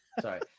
Sorry